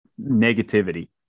negativity